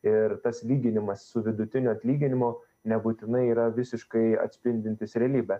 ir tas lyginimas su vidutiniu atlyginimu nebūtinai yra visiškai atspindintis realybę